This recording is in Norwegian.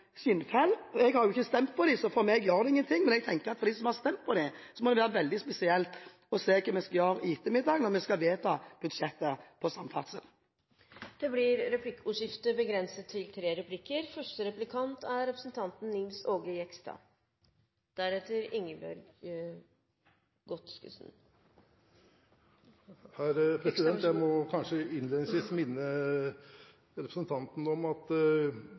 jeg synes at dette er litt opp som en bjørn, ned som en skinnfell. Jeg har ikke stemt på dem, så for meg gjør det ingen ting, men jeg tenker at for dem som har stemt på dem, må det være veldig spesielt å se hva vi skal gjøre i ettermiddag når vi skal vedta samferdselsbudsjettet. Det blir replikkordskifte. Jeg må innledningsvis minne representanten Sund om at